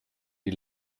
die